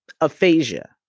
aphasia